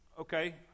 Okay